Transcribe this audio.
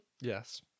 Yes